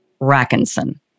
Rackinson